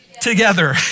together